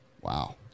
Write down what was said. Wow